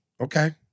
Okay